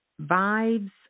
Vibes